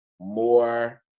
more